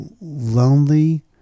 lonely